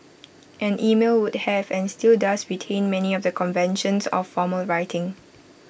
and email would have and still does retain many of the conventions of formal writing